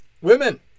Women